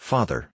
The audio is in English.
Father